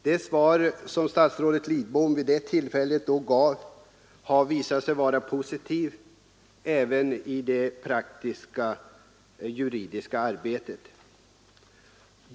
Det svar som statsrådet Lidbom vid det tillfället gav har visat sig vara positivt även när det gäller det praktiskt juridiska arbetet.